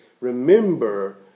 remember